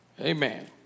Amen